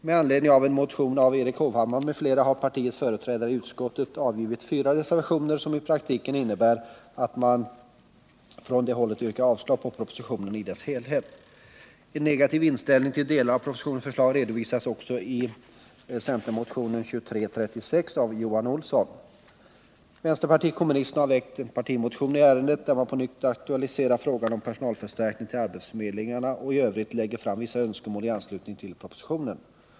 Med anledning av en motion av Erik Hovhammar m.fl. har partiets företrädare i utskottet avgivit fyra reservationer, som i praktiken innebär att man från det hållet yrkar avslag på propositionen i dess helhet. En negativ inställning till delar av propositionens förslag redovisas också i centermotionen 2336 av Johan Olsson. Vänsterpartiet kommunisterna har väckt en partimotion i ärendet, där man på nytt aktualiserar frågan om personalförstärkning till arbetsförmedlingarna och i övrigt lägger fram vissa önskemål i anslutning till propositionen.